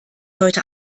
heute